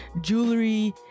jewelry